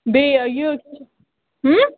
بیٚیہِ یہِ